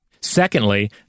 Secondly